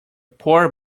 poor